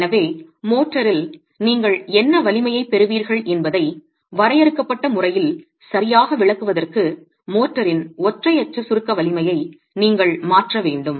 எனவே மோர்டாரில் நீங்கள் என்ன வலிமையைப் பெறுவீர்கள் என்பதை வரையறுக்கப்பட்ட முறையில் சரியாக விளக்குவதற்கு மோர்டாரின் ஒற்றை அச்சு சுருக்க வலிமையை நீங்கள் மாற்ற வேண்டும்